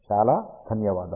చాలా ధన్యవాదాలు